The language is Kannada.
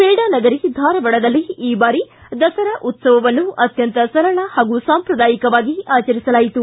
ಪೇಡಾ ನಗರಿ ಧಾರವಾಡದಲ್ಲಿ ಈ ಬಾರಿ ದಸರಾ ಉತ್ತವವನ್ನು ಅತ್ಯಂತ ಸರಳ ಹಾಗೂ ಸಾಂಪ್ರದಾಯಿಕವಾಗಿ ಆಚರಿಸಲಾಯಿತು